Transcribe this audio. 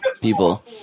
people